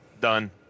done